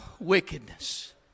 wickedness